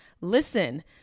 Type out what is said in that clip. Listen